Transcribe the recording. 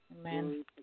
Amen